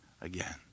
again